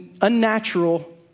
unnatural